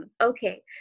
Okay